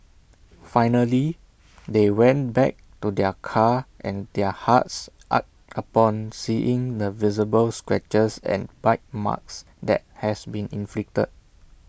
finally they went back to their car and their hearts ached upon seeing the visible scratches and bite marks that has been inflicted